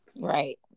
Right